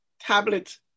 tablet